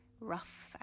rough